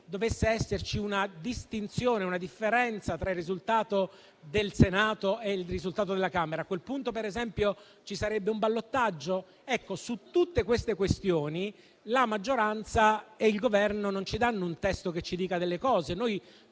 dovesse esserci una distinzione o una differenza tra il risultato del Senato e il risultato della Camera? A quel punto, per esempio, ci sarebbe un ballottaggio? Su tutte queste questioni la maggioranza e il Governo non ci danno un testo che le chiarisce.